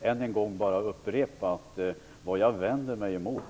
än en gång upprepa att vad jag vänder mig emot